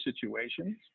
situations